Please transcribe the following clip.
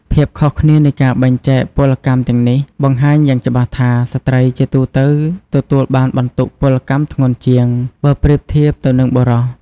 ភាពខុសគ្នានៃការបែងចែកពលកម្មទាំងនេះ បង្ហាញយ៉ាងច្បាស់ថា ស្ត្រីជាទូទៅទទួលបានបន្ទុកពលកម្មធ្ងន់ជាង បើប្រៀបធៀបទៅនឹងបុរស។